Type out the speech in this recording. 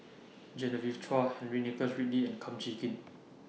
Genevieve Chua Henry Nicholas Ridley and Kum Chee Kin